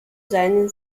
seine